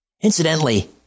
Incidentally